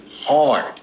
hard